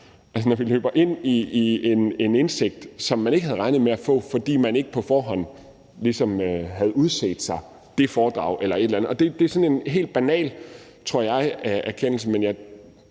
Altså, man løber ind i en indsigt, som man ikke havde regnet med at få, fordi man ikke på forhånd ligesom havde udset sig det foredrag og eller et eller andet. Og det er sådan en helt banal erkendelse, men jeg